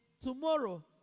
tomorrow